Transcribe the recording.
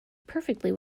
perfectly